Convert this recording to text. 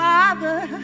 Father